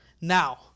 Now